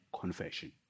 confession